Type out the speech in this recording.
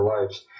lives